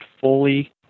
fully